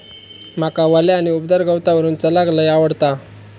माका वल्या आणि उबदार गवतावरून चलाक लय आवडता